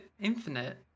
Infinite